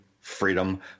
freedom